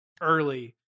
early